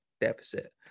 deficit